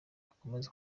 akomeje